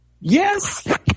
Yes